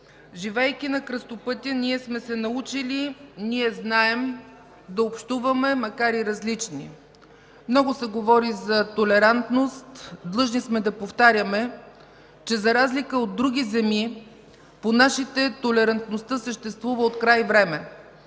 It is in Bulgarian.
Живеейки на кръстопътя ние сме се научили, ние знаем да общуваме, макар и различни. Много се говори за толерантност. Длъжни сме да повтаряме, че за разлика от други земи, по нашите толерантността съществува от край време.